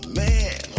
man